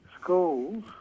schools